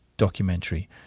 documentary